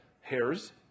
hairs